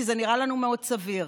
כי זה נראה לנו מאוד סביר,